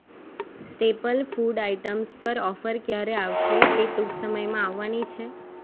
staple food items પર offer ક્યારે આવશે તે ટૂંક સમયમાં આવવાની છે